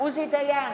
עוזי דיין,